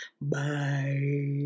Bye